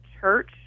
church